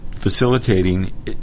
facilitating